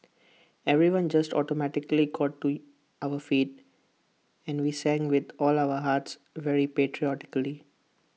everyone just automatically got to our feet and we sang with all our hearts very patriotically